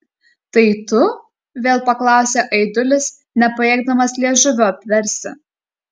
tai tu vėl paklausė aidulis nepajėgdamas liežuvio apversti